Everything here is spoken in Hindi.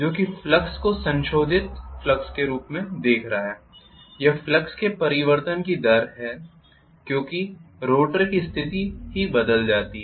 जो कि फ्लक्स को संशोधित फ्लक्स के रूप में देख रहा है या फ्लक्स के परिवर्तन की दर है क्यूंकि रोटर की स्थिति ही बदल जाती है